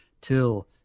till